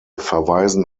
verweisen